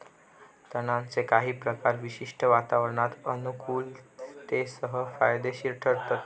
तणांचे काही प्रकार विशिष्ट वातावरणात अनुकुलतेसह फायदेशिर ठरतत